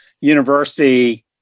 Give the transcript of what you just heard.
university